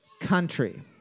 country